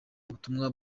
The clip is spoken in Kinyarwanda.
ubutumwa